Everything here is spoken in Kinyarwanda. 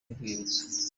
n’urwibutso